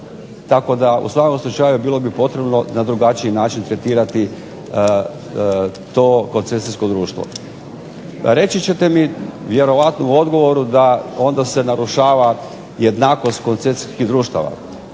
Tako da u svakom slučaju bilo bi potrebno na drugačiji način tretirati to koncesijsko društvo. Reći ćete mi vjerojatno u odgovoru da onda se narušava jednakost koncesijskih društava.